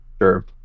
Sure